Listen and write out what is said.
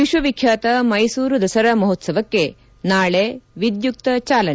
ವಿಶ್ವ ವಿಖ್ಯಾತ ಮೈಸೂರು ದಸರಾ ಮಹೋತ್ಸವಕ್ಕೆ ನಾಳೆ ವಿದ್ಯುಕ್ತ ಜಾಲನೆ